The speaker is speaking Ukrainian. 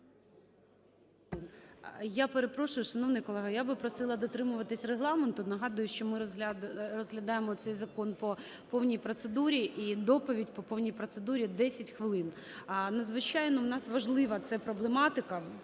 Я перепрошую, шановний колего, я би просила дотримуватись Регламенту. Нагадую, що ми розглядаємо цей закон по повній процедурі, і доповідь по повній процедурі – 10 хвилин. Надзвичайно в нас важлива ця проблематика,